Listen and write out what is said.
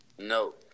No